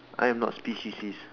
I'm not speciesist